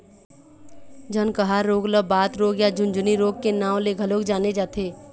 झनकहा रोग ल बात रोग या झुनझनी रोग के नांव ले घलोक जाने जाथे